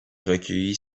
recueillit